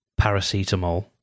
paracetamol